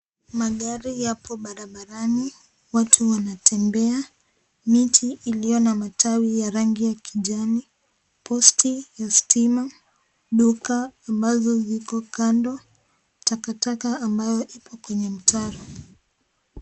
Magari yapo barabarani, watu wanatembea. Miti iliyo na matawi ya rangi ya kijani ,posti ya stima, duka ambazo ziko kando, takataka ambayo iko Kwenye mtaro.